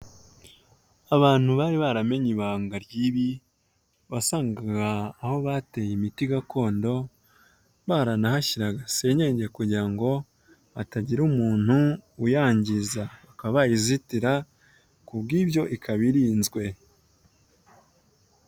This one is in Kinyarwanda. Abantu bari baramenye ibanga ry'ibi, wasangaga aho bateye imiti gakondo baranahashyiraga senyenge kugira ngo hatagira umuntu uyangiza, bakaba bayizitira ku bw'ibyo ikaba irinzwe.